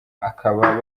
ababa